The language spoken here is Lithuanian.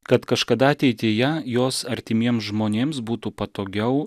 kad kažkada ateityje jos artimiem žmonėms būtų patogiau